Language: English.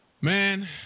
Man